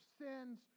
sins